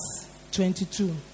22